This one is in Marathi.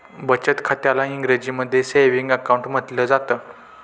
बचत खात्याला इंग्रजीमध्ये सेविंग अकाउंट म्हटलं जातं